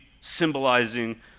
symbolizing